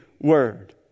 word